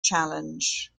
challenge